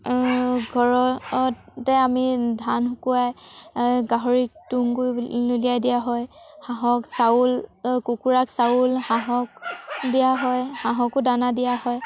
ঘৰততে আমি ধান শুকুৱাই গাহৰিক তুঁহগুড়ি উলিয়াই দিয়া হয় হাঁহক চাউল কুকুৰাক চাউল হাঁহক দিয়া হয় হাঁহকো দানা দিয়া হয়